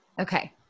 Okay